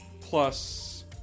plus